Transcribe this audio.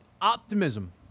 Optimism